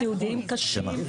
סיעודיים קשים,